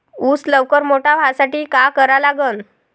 ऊस लवकर मोठा व्हासाठी का करा लागन?